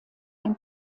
ein